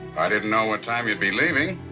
i didn't know what time you'd be leaving,